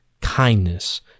kindness